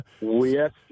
Yes